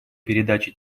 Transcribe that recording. передаче